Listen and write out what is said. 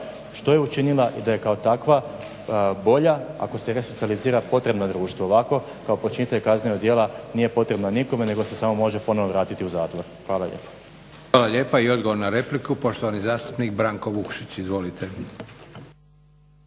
što je učinila i da je kao takva bolja ako se resocijalizira potrebna društvu. Ovako kao počinitelj kaznenog djela nije potrebna nikome nego se samo može ponovno vratiti u zatvor. Hvala lijepa. **Leko, Josip (SDP)** Hvala lijepa. I odgovor na repliku poštovani zastupnik Branko Vukšić. Izvolite.